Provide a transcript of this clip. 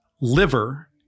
liver